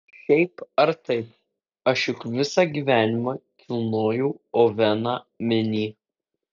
šiaip ar taip aš juk visą gyvenimą kilnojau oveną minį